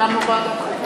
הקמנו ועדת חקירה.